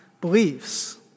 beliefs